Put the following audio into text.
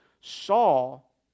Saul